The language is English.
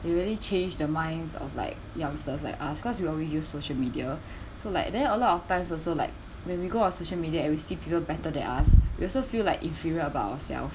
you really change the minds of like youngsters like us because we always use social media so like then a lot of times also like when we go on social media and we see people better than us we also feel like inferior about ourselves